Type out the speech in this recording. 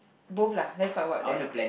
both lah let's talk about that